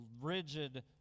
rigid